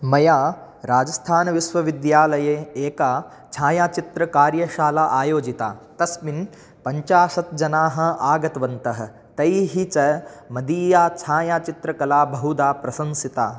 मया राजस्थानविश्वविद्यालये एका छायाच्चित्रकार्यशाला आयोजिता तस्मिन् पञ्चाशत् जनाः आगतवन्तः तैः च मदीया छायाचित्रकला बहुधा प्रशंसिता